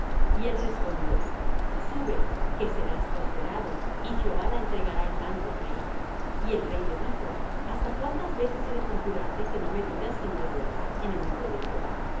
y él respondió sube que serás prosperado y jehová la entregará en mano del rey y el rey le dijo hasta cuántas veces he de conjurarte que no me digas sino la verdad en el nombre de jehová